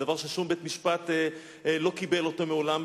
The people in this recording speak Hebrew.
דבר ששום בית-משפט לא קיבל אותו מעולם,